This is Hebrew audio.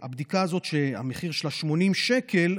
את הבדיקה הזאת, שהמחיר שלה הוא 80 שקל,